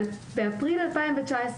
באפריל 2019,